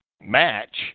match